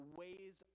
ways